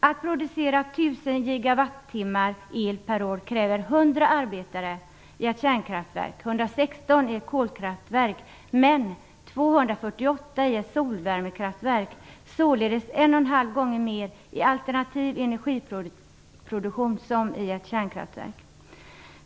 Att producera 1 000 gigawattimmar el per år kräver 100 arbetare i ett kärnkraftverk, 116 i ett kolkraftverk men 248 i ett solvärmekraftverk, således en och halv gång mer i alternativ energiproduktion än i ett kärnkraftverk.